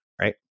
right